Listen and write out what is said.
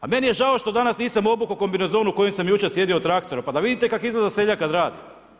A meni je žao što danas nisam obukao kombinezon u kojem sam jučer sjedio u traktoru, pa da vidite kako izgleda seljak kad radi.